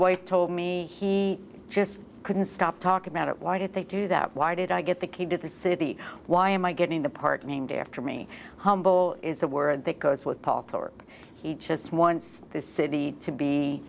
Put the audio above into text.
wife told me he just couldn't stop talking about it why did they do that why did i get the key to the city why am i getting the part named after me humble is the word that goes with paul for he just wants this city to be